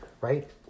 right